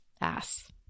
ass